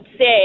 say